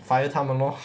fire 他们 lor